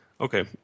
Okay